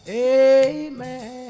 amen